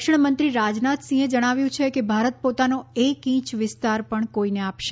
સંરક્ષણમંત્રી રાજનાથસિંહે જણાવ્યું છે કે ભારત પોતાનો એક ઇંચ વિસ્તાર પણ કોઈને આપશે